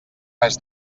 res